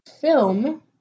film